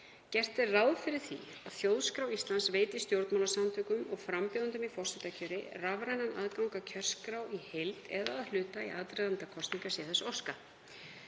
Gert er ráð fyrir því að Þjóðskrá Íslands veiti stjórnmálasamtökum og frambjóðendum í forsetakjöri rafrænan aðgang að kjörskrá í heild eða að hluta í aðdraganda kosninga sé þess óskað.